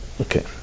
Okay